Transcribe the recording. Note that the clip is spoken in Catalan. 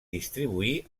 distribuir